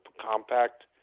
compact